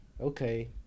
okay